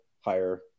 higher